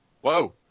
Whoa